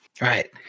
Right